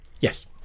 Yes